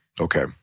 Okay